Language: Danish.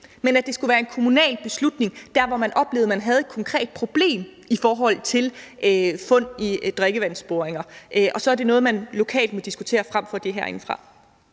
haver. Det skulle være en kommunal beslutning dér, hvor man oplevede at man havde problemer med fund i drikkevandsboringer. Det er noget, man lokalt må diskutere, frem for at beslutte